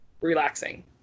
relaxing